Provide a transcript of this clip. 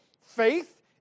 Faith